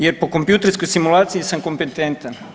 Jer po kompjuterskoj simulaciji sam kompetentan.